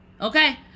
Okay